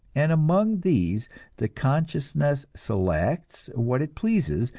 and among these the consciousness selects what it pleases,